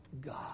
God